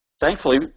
Thankfully